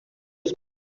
dels